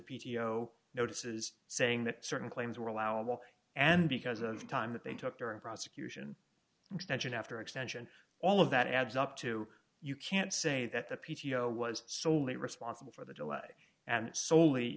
o notices saying that certain claims were allowable and because of time that they took during prosecution extension after extension all of that adds up to you can't say that the p t o was solely responsible for the delay and solely